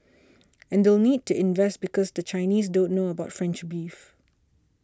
and they'll need to invest because the Chinese don't know about French beef